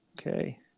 okay